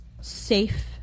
safe